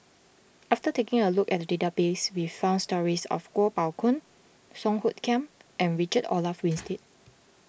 after taking a look at the database we found stories of Kuo Pao Kun Song Hoot Kiam and Richard Olaf Winstedt